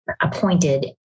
appointed